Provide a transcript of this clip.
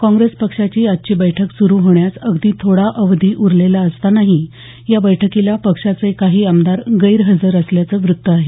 काँप्रेस पक्षाची आजची बैठक सुरू होण्यास अगदी थोडा अवधी उरलेला असतानाही या बैठकीला पक्षाचे काही आमदार गैरहजर असल्याचं वृत्त आहे